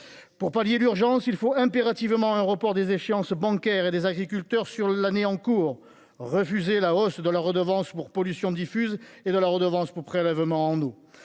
Pour faire face à l’urgence, il faut impérativement reporter les échéances bancaires des agriculteurs sur l’année en cours et refuser la hausse de la redevance pour pollutions diffuses et de la redevance pour prélèvement sur